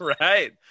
Right